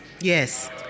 Yes